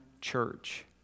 church